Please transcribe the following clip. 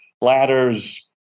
ladders